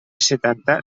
setanta